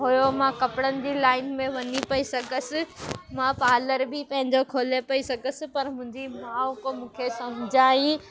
हुओ मां कपिड़नि जी लाइन में वञी पेई सघसि मां पालर बि पंहिंजो खोले पेई सघसि पर मुंहिंजी माउ खे मूंखे समुझाई